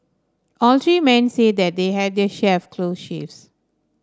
all three men say that they had their share of close shaves